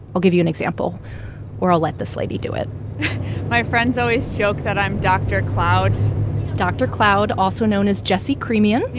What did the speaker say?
i'll give you an example or i'll let this lady do it my friends always joke that i'm dr. cloud dr. cloud, also known as jessie creamean. you